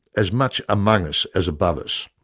as much among us as above us.